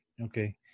Okay